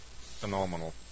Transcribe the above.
phenomenal